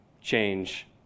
change